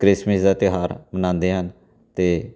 Christmas ਦਾ ਤਿਉਹਾਰ ਮਨਾਉਂਦੇ ਹਨ ਅਤੇ